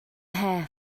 hair